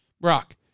Brock